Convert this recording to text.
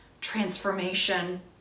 transformation